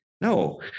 No